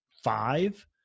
Five